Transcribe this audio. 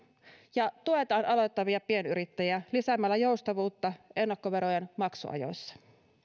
ja tuetaan aloittavia pienyrittäjiä lisäämällä joustavuutta ennakkoverojen maksuajoissa